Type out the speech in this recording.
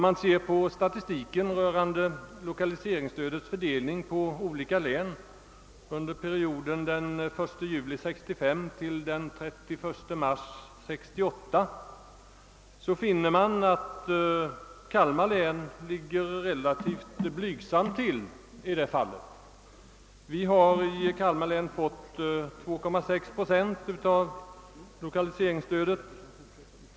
Enligt statistiken rörande 1okaliseringsstödets fördelning på olika län under perioden den 1 juli 1965— 31 mars 1968 ligger Kalmar län relativt blygsamt till i detta avseende. Vi har i Kalmar län fått 2,6 procent av lokaliseringsstödet under denna tid.